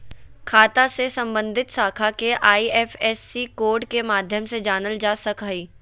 खाता से सम्बन्धित शाखा के आई.एफ.एस.सी कोड के माध्यम से जानल जा सक हइ